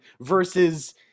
versus –